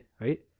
right